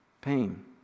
pain